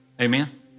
amen